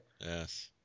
Yes